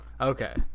Okay